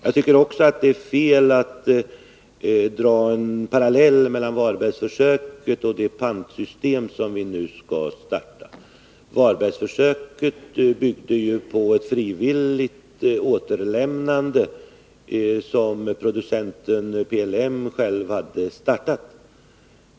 Det är fel att dra en parallell mellan Varbergförsöket och det pantsystem som vi nu skall starta. Varbergförsöket byggde på ett frivilligt återlämnande, som producenten PLM själv hade tagit initiativ till.